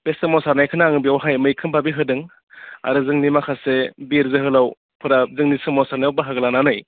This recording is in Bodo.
बे सोमाव सारनायखौनो आङो बेवहाय मैखोम भाबै होदों आरो जोंनि माखासे बिर जोहोलावफोरा जोंनि सोमावसारनायाव बाहागो लानानै